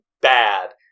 bad